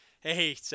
Hey